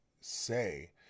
say